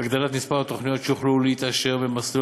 הגדלת מספר התוכניות שיוכלו להתאשר במסלול